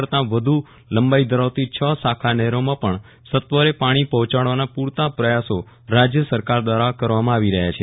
કરતાં વધુ લંબાઇ ધરાવતી હ શાખા નહેરોમાં પણ સત્વરે પાણી પહોંચાડવાના પૂરતા પ્રયાસો રાજ્ય સરકારદ્વારા કરવામાં આવી રહ્યા છે